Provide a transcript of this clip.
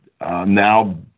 now